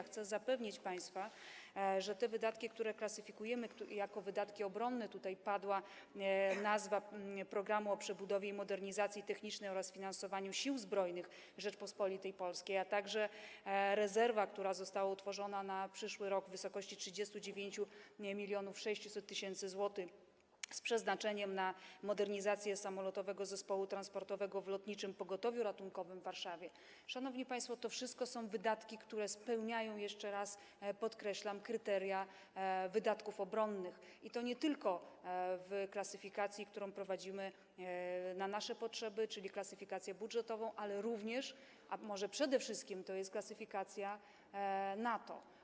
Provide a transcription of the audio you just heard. Chcę państwa zapewnić, że te wydatki, które klasyfikujemy jako wydatki obronne, tutaj padła nazwa programu o przebudowie i modernizacji technicznej oraz finansowaniu Sił Zbrojnych Rzeczypospolitej Polskiej, a także rezerwa, która została utworzona na przyszły rok, w wysokości 39 600 tys. zł, z przeznaczeniem na modernizację Samolotowego Zespołu Transportowego w Lotniczym Pogotowiu Ratunkowym w Warszawie, szanowni państwo, to wszystko są wydatki, które spełniają, jeszcze raz podkreślam, kryteria wydatków obronnych i to nie tylko w klasyfikacji, którą prowadzimy na nasze potrzeby, czyli klasyfikacji budżetowej, ale również - a może przede wszystkim - to jest klasyfikacja NATO.